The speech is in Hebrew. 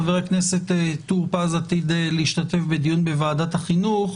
חבר הכנסת טור פז עתיד להשתתף בדיון בוועדת החינוך,